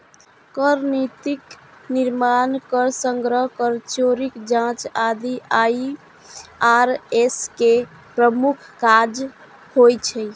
कर नीतिक निर्माण, कर संग्रह, कर चोरीक जांच आदि आई.आर.एस के प्रमुख काज होइ छै